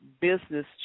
business